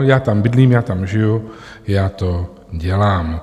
Já tam bydlím, já tam žiju, já to dělám.